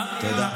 נכון.